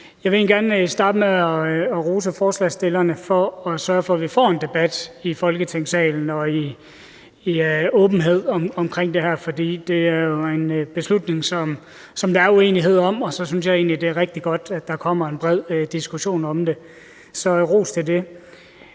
egentlig gerne starte med at rose forslagsstillerne for at sørge for, at vi får en debat i Folketingssalen i åbenhed omkring det her, for det er jo en beslutning, som der er uenighed om, og så synes jeg egentlig, det er rigtig godt, at der kommer en bred diskussion om det. Så ros for det.